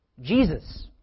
Jesus